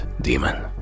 Demon